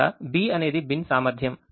ఇక్కడ B అనేది bin సామర్థ్యం